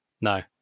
No